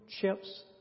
chips